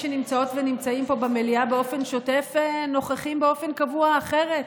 שנמצאות ונמצאים פה במליאה באופן שוטף נוכחים באופן קבוע אחרת,